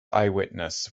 eyewitness